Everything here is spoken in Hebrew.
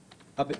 point.